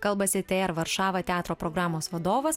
kalbasi tr varšava teatro programos vadovas